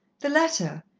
the letter,